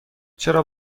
چرا